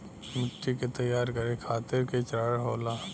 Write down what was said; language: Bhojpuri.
मिट्टी के तैयार करें खातिर के चरण होला?